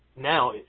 now